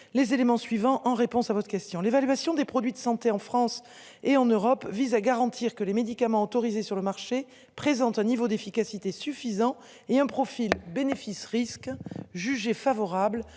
les éléments suivants, en réponse à votre question. L'évaluation des produits de santé en France et en Europe vise à garantir que les médicaments autorisés sur le marché présente un niveau d'efficacité suffisant et un profil bénéfice-risque. Jugé favorable